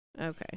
okay